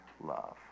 love